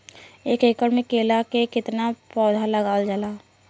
एक एकड़ में केला के कितना पौधा लगावल जाला?